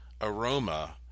aroma